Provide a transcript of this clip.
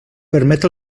permet